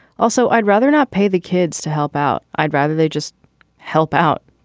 also, i'd rather not pay the kids to help out. i'd rather they just help out.